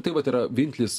tai vat yra vienintelis